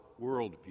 worldview